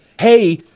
hey